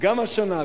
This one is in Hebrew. גם השנה,